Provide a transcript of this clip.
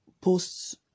posts